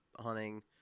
hunting